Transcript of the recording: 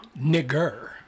Nigger